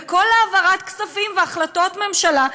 וכל העברת כספים והחלטות ממשלה,